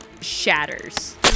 shatters